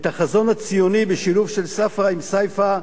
החזון הציוני בשילוב של ספרא עם סייפא.